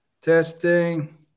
Testing